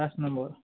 পাঁচ নম্বৰ